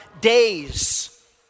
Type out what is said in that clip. days